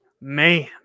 Man